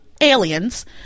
Aliens